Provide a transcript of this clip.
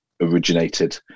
originated